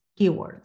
keywords